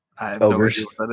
Ogres